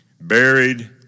buried